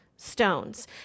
stones